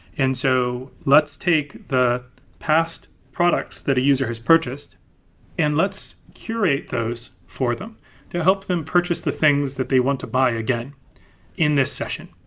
and so let's take the past products that a user has purchased and lets curate those for them to help them purchase the things that they want to buy again in this session.